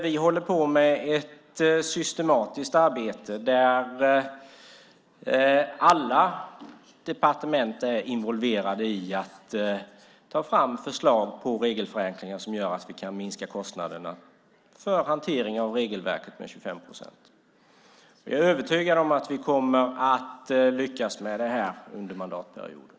Vi håller på med ett systematiskt arbete där alla departement är involverade i att ta fram förslag på regelförenklingar som gör att vi kan minska kostnaderna med 25 procent vad gäller hanteringen av regelverket. Jag är övertygad om att vi kommer att lyckas med förenklingsarbetet under mandatperioden.